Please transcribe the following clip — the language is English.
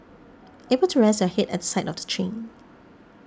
able to rest your head at the side of the train